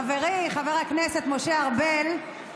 חברי חבר הכנסת משה ארבל,